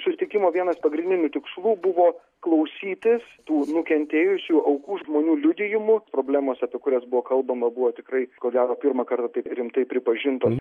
susitikimo vienas pagrindinių tikslų buvo klausytis tų nukentėjusių aukų žmonių liudijimų problemos apie kurias buvo kalbama buvo tikrai ko gero pirmą kartą taip rimtai pripažintom